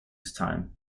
time